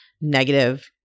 negative